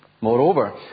Moreover